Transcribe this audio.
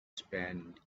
spend